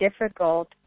difficult